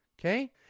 Okay